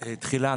תחילה,